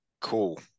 Cool